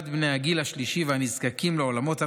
בני הגיל השלישי והנזקקים לעולמות הרווחה,